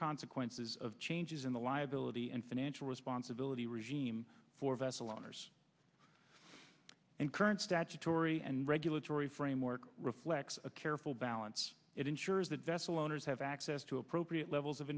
consequences of changes in the liability and financial responsibility regime for vessel owners and current statutory and regulatory framework reflects a careful balance it ensures that vessel owners have access to appropriate levels